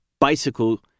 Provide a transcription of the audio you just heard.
bicycle